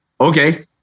okay –